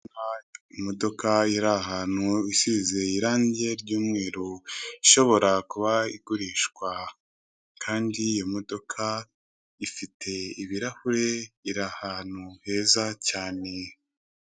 Imodoka iri ahantu isize irange ry'umweru ishobora kuba igurishwa kandi iyo modoka ifite ibirahure iri ahantu heza cyane.